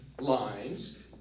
lines